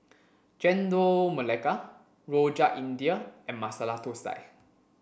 Chendol Melaka Rojak India and Masala Thosai